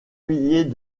milliers